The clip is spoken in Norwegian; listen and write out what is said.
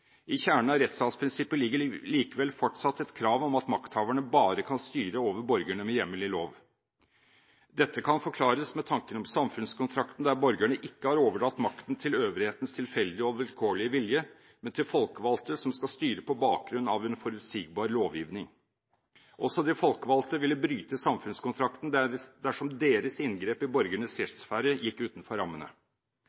I kjernen av rettsstatsprinsippet ligger likevel fortsatt et krav om at makthaverne bare kan styre over borgerne med hjemmel i lov. Dette kan forklares med tanken om samfunnskontrakten, der borgerne ikke har overdratt makten til øvrighetens tilfeldige og vilkårlige vilje, men til folkevalgte som skal styre på bakgrunn av en forutsigbar lovgivning. Også de folkevalgte ville bryte samfunnskontrakten dersom deres inngrep i borgernes